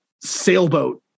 sailboat